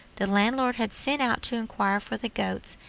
the landlord had sent out to inquire for the goats,